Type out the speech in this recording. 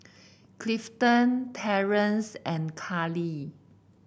Clifton Terrance and Kallie